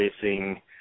facing